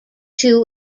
two